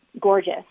gorgeous